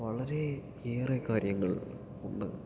വളരെയേറെ കാര്യങ്ങൾ ഉണ്ട്